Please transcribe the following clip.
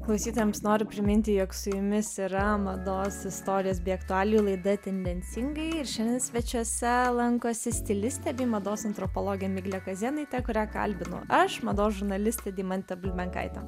klausytojams noriu priminti jog su jumis yra mados istorijas bei aktualijų laida tendencingai ir šiandien svečiuose lankosi stilistė bei mados antropologė miglė kazėnaitė kurią kalbinu aš mados žurnalistė deimantė bulbenkaitė